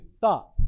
thought